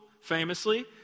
famously